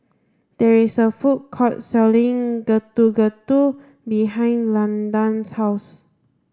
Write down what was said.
there is a food court selling Getuk Getuk behind Landan's house